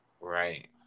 Right